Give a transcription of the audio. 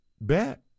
Bet